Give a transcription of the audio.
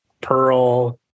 Pearl